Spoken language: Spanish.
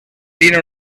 tiene